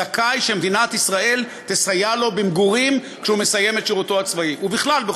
זכאי שמדינת ישראל תסייע לו במגורים כשהוא מסיים את שירותו הצבאי.